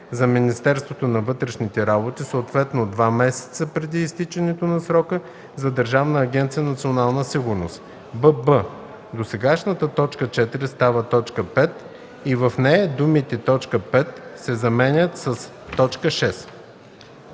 за Министерството на вътрешните работи, съответно два месеца преди изтичането на срока – за Държавна агенция „Национална сигурност”;” бб) досегашната т. 4 става т. 5 и в нея думите „т. 5” се заменят с „т.